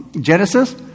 Genesis